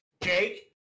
Jake